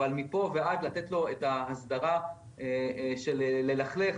אבל מפה ועד לתת לו את ההסדרה של ללכלך,